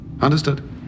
Understood